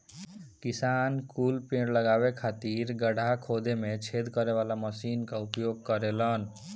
किसान कुल पेड़ लगावे खातिर गड़हा खोदे में छेद करे वाला मशीन कअ उपयोग करेलन